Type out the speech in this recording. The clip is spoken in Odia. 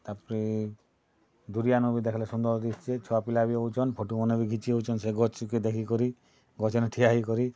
ତା'ପରେ ଦୁରିଆନୁ ବି ଦେଖ୍ଲେ ସୁନ୍ଦର୍ ଦିଶୁଛି ଛୁଆ ପିଲା ବି ହଉଛନ୍ ଫଟୋ ମାନେ ବି ଖିଚି ହଉଛନ୍ ସେ ଗଛ୍ କେ ଦେଖି କରି ଗଛ୍ ନେ ଠିଆ ହେଇ କରି